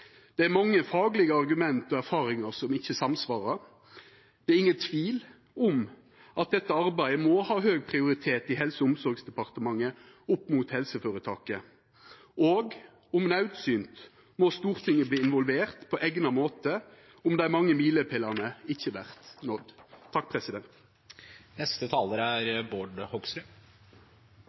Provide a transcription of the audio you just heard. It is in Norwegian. Det er mange faglege argument og erfaringar som ikkje samsvarar. Det er ingen tvil om at dette arbeidet må ha høg prioritet i Helse- og omsorgsdepartementet opp mot helseføretaket, og om naudsynt må Stortinget verta involvert på eigna måte om dei mange milepælane ikkje vert nådde. For Fremskrittspartiet er det viktig at vi lager politikk for folk der de er,